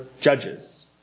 Judges